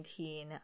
2019